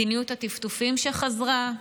מדיניות הטפטופים שחזרה.